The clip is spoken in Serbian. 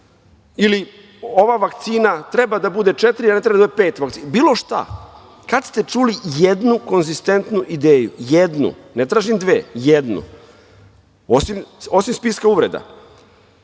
ili – ova vakcina treba da bude četiri, a ne treba da bude pet? Bilo šta. Kad ste čuli jednu konzistentnu ideju, jednu, ne tražim dve, jednu? Osim spiska uvreda.